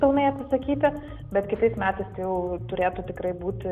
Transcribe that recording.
pilnai atsisakyti bet kitais metais tai jau turėtų tikrai būti